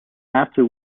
after